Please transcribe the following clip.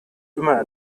immer